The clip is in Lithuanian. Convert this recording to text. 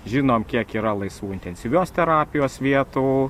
žinom kiek yra laisvų intensyvios terapijos vietų